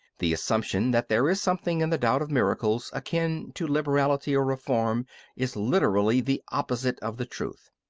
the assumption that there is something in the doubt of miracles akin to liberality or reform is literally the opposite of the truth.